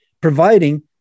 providing